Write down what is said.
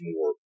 more